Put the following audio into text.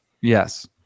Yes